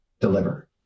deliver